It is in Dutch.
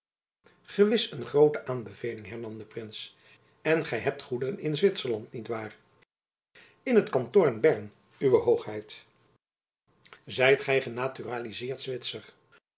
gewis een groote aanbeveling hernam de prins en gy hebt goederen in zwitserland niet waar in het kanton bern uwe hoogheid zijt gy genaturalizeerd